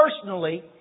personally